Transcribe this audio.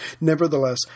Nevertheless